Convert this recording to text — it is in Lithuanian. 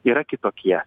yra kitokie